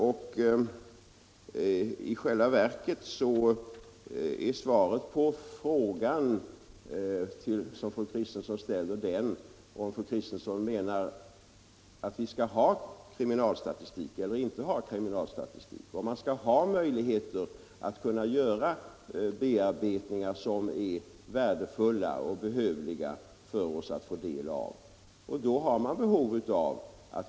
Om fru Kristensson anser att vi skall ha kriminalstatistik och om det skall vara möjligt att göra bearbetningar som är värdefulla och behövliga för oss att få del av — ja, då behöver personnumren användas.